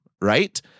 right